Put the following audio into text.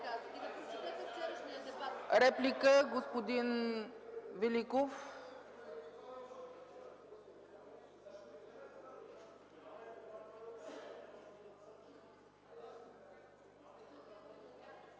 Реплика – господин Великов.